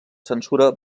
censura